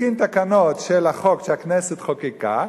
להתקין תקנות של החוק שהכנסת חוקקה,